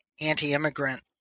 anti-immigrant